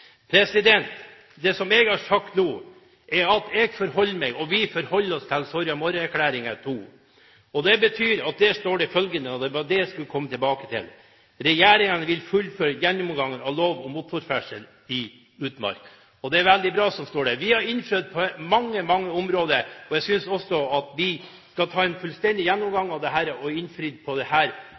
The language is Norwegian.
Det som jeg har sagt nå, er at jeg forholder meg til, og vi forholder oss til, Soria Moria-erklæringen II. Der står det følgende – og det var det jeg skulle komme tilbake til: «Regjeringen vil fullføre gjennomgangen av lov om motorferdsel i utmark.» Det er veldig bra det som står der. Vi har innfridd på mange, mange områder, og jeg synes at vi også skal ta en fullstendig gjennomgang av dette og innfri også på dette området. Det er litt nyanser og uenighet, men jeg tror det